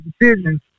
decisions